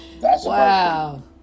Wow